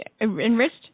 enriched